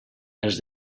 els